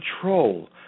control